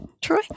Troy